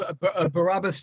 Barabbas